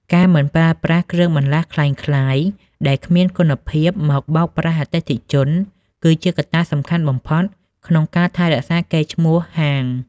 ការមិនប្រើប្រាស់គ្រឿងបន្លាស់ក្លែងក្លាយដែលគ្មានគុណភាពមកបោកប្រាស់អតិថិជន គឺជាកត្តាសំខាន់បំផុតក្នុងការថែរក្សាកេរ្តិ៍ឈ្មោះហាង។